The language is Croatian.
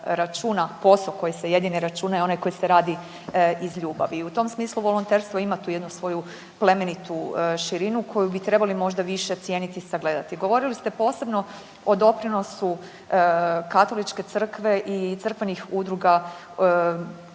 posao koji se jedini računa je onaj koji se radi iz ljubavi. I u tom smislu volonterstvo ima tu jednu svoju plemenitu širinu koju bi trebali možda više cijeniti i sagledati. Govorili ste posebno o doprinosu katoličke crkve i crkvenih udruga